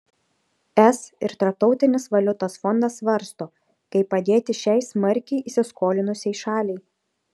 es ir tarptautinis valiutos fondas svarsto kaip padėti šiai smarkiai įsiskolinusiai šaliai